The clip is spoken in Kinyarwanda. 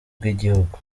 bw’igihugu